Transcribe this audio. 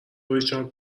ریچارد